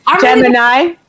Gemini